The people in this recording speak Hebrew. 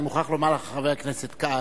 אני מוכרח לומר לך, חבר הכנסת כץ,